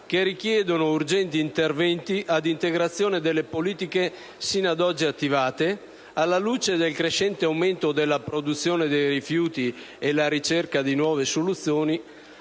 che richiedono urgenti interventi ad integrazione delle politiche sino ad oggi attivate, alla luce del crescente aumento della produzione dei rifiuti e della ricerca di nuove soluzioni,